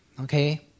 Okay